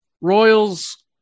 Royals